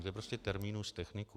To je prostě terminus technicus.